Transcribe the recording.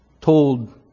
told